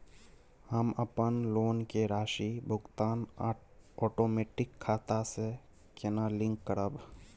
हम अपन लोन के राशि भुगतान ओटोमेटिक खाता से केना लिंक करब?